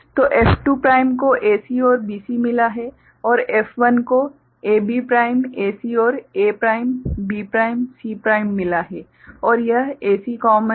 तो F2 prime को AC और BC मिला है और F1 को AB प्राइम AC और A prime B prime C prime मिला है और यह AC कॉमन है